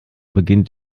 beginnt